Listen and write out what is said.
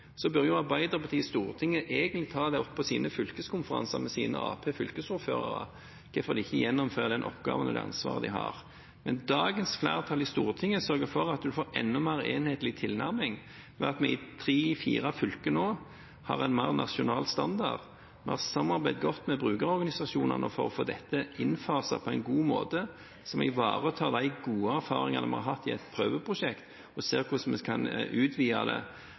bør Arbeiderpartiet i Stortinget egentlig ta opp på sine fylkeskonferanser med sine Arbeiderparti-fylkesordførere hvorfor de ikke gjennomfører den oppgaven og det ansvaret de har. Dagens flertall i Stortinget sørger for at en får en enda mer enhetlig tilnærming, ved at vi i tre–fire fylker nå har en mer nasjonal standard. Vi har samarbeidet godt med brukerorganisasjonene for å få dette innfaset på en god måte som ivaretar de gode erfaringene vi har hatt i et prøveprosjekt, og ser på hvordan vi kan utvide det